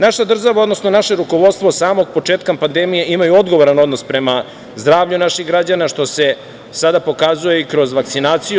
Naša država, odnosno naše rukovodstvo od samog početka pandemije ima odgovoran odnos prema zdravlju naših građana, što se sada pokazuje i kroz vakcinaciju.